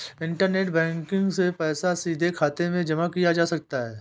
internet banking से पैसा सीधे खाते में जमा किया जा सकता है